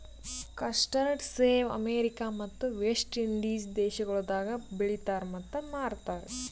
custard ಸೇಬ America ಮತ್ತ West Indies ದೇಶಗೊಳ್ದಾಗ್ ಬೆಳಿತಾರ್ ಮತ್ತ ಮಾರ್ತಾರ್